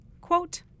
quote